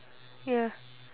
ya